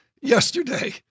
yesterday